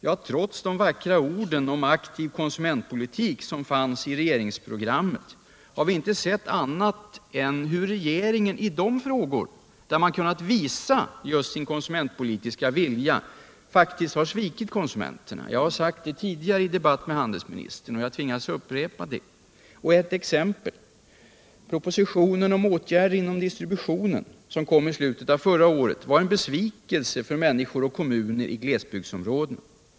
Ja, trots de vackra orden om aktiv konsumentpolitik som fanns i regeringsdeklarationen har vi inte sett annat än hur regeringen i de frågor, där man kunnat visa sin konsumentpolitiska vilja, faktiskt har svikit konsumenterna. Jag har sagt det i tidigare debatter med handelsministern, och jag tvingas upprepa det. Jag tar ett exempel. Propositionen om åtgärder inom distributionen, som kom i slutet av förra året, var en besvikelse för människor och kommuner i glesbygdsområdena.